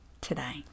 today